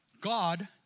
God